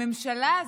הממשלה הזאת,